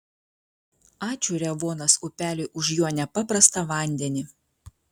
ačiū revuonos upeliui už jo nepaprastą vandenį